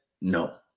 No